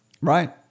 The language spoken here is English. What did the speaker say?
Right